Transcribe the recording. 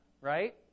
right